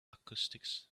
acoustics